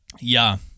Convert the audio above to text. Ja